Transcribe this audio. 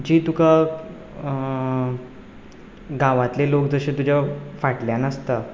जी तुका गांवांतले लोक जशे तुज्या फाटल्यान आसता